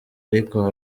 ariko